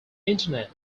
internet